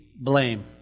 blame